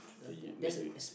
then you then use